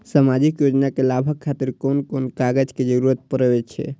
सामाजिक योजना के लाभक खातिर कोन कोन कागज के जरुरत परै छै?